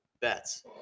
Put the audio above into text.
bets